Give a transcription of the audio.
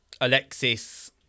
Alexis